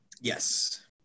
Yes